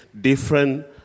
different